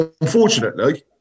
unfortunately